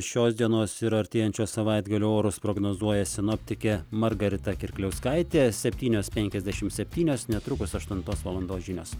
šios dienos ir artėjančio savaitgalio orus prognozuoja sinoptikė margarita kirkliauskaitė septynios penkiasdešimt septynios netrukus aštuntos valandos žinios